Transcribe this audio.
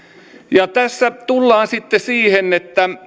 ja tässä tullaan sitten siihen että